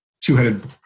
two-headed